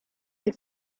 que